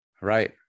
Right